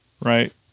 right